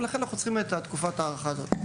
ולכן, אנחנו צריכים את תקופת ההארכה הזו.